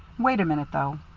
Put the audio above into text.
wait a minute, though.